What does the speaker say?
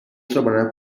trabalhar